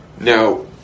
Now